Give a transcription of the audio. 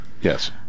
yes